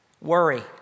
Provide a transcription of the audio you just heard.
Worry